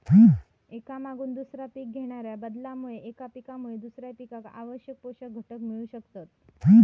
एका मागून दुसरा पीक घेणाच्या बदलामुळे एका पिकामुळे दुसऱ्या पिकाक आवश्यक पोषक घटक मिळू शकतत